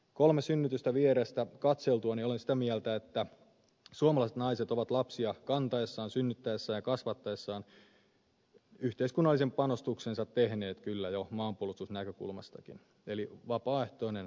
kolme synnytystä vierestä katseltuani olen sitä mieltä että suomalaiset naiset ovat lapsia kantaessaan synnyttäessään ja kasvattaessaan yhteiskunnallisen panostuksensa tehneet kyllä jo maanpuolustusnäkökulmastakin eli vapaaehtoinen palvelus naisille